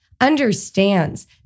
understands